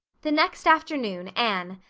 the next afternoon anne,